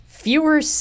Fewer